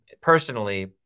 personally